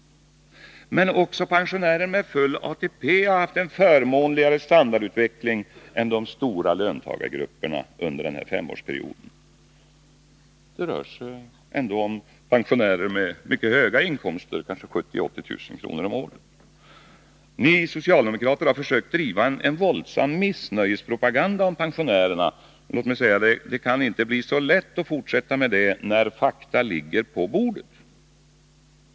Men också pensionärer med full ATP har haft en förmånligare standardutveckling än de stora löntagargrupperna under den här femårsperioden. Där rör det sig ändå om pensionärer med mycket höga inkomster, kanske 70 000-80 000 kr. om året. Ni socialdemokrater har försökt driva en våldsam missnöjespropaganda om pensionärerna. Låt mig direkt säga: Det kan inte bli så lätt att fortsätta med det, när fakta ligger på bordet.